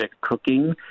cooking